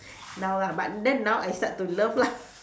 now lah but then now I start to love lah